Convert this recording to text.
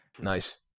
Nice